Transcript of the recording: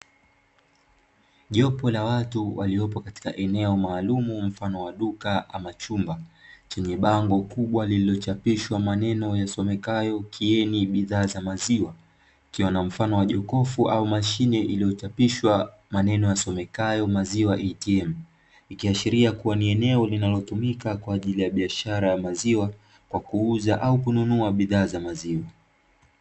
Jopo la watu waliopo katika eneo maalumu mfano wa duka ama chumba, chenye bango kubwa lililochapishwa maneno yasomekayo ''kieni bidhaa za maziwa'' likiwa na mfano na jokofu au mashine iliyo chapishwa maneno yasomekayo ''maziwa atm'', ikiashiria kuwa ni eneo linalo tumika kwajili ya biashara ya maziwa kwa kuuza au kununua bidhaa za maziwa.